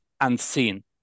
unseen